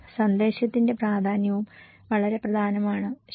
സന്ദേശത്തിന്റെ പ്രാധാന്യവും വളരെ പ്രധാനമാണ് ശരി